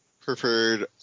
preferred